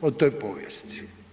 o toj povijesti.